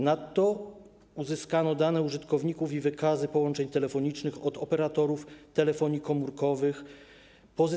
Nadto uzyskano dane użytkowników i wykazy połączeń telefonicznych od operatorów telefonii komórkowych.